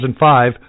2005